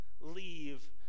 leave